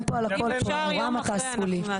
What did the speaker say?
אנחנו נתגרזן פה על הכל, אני כבר רואה מה תעשו לי.